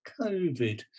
covid